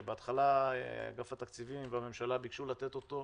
שבהתחלה אגף התקציבים בממשלה ביקשו לתת אותו,